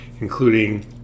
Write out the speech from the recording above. including